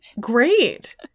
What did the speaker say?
Great